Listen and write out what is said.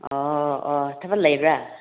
ꯑꯣ ꯑꯣ ꯊꯕꯛ ꯂꯩꯕ꯭ꯔꯥ